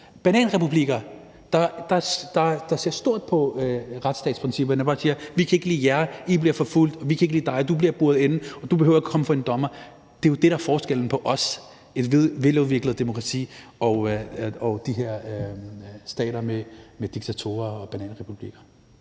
bananrepublikker, der ser stort på retsstatsprincipperne, og hvor man siger: Vi kan ikke lide jer, så I bliver forfulgt; vi kan ikke lide dig, så du bliver buret inde, og du behøver ikke at komme for en dommer. Det er jo det, der er forskellen på os, et veludviklet demokrati, og de her stater med diktatorer og bananrepublikker.